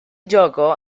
gioco